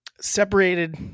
separated